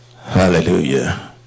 Hallelujah